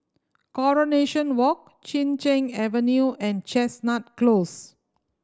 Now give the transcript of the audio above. Coronation Walk Chin Cheng Avenue and Chestnut Close